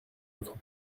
autre